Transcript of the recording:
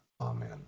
Amen